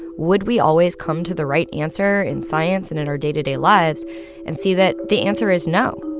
would we always come to the right answer in science and in our day-to-day lives and see that the answer is no?